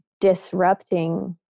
disrupting